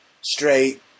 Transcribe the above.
straight